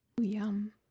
Yum